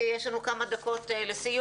כי יש לנו כמה דקות לסיום,